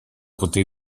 potè